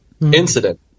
incident